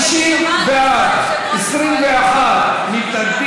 סעיפים 1 12 נתקבלו.